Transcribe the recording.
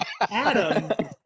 Adam –